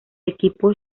equipo